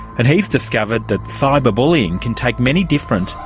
and he's discovered that cyber bullying can take many different,